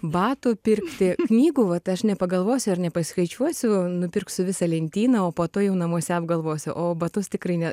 batų pirkti knygų vat aš nepagalvosiu ar nepaskaičiuosiu nupirksiu visą lentyną o po to jau namuose apgalvosiu o batus tikrai ne